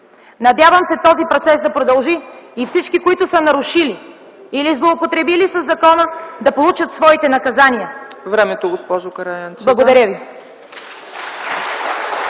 Надявам се този процес да продължи и всички, които са нарушили или злоупотребили със закона, да получат своите наказания. Благодаря Ви.